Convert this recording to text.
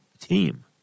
team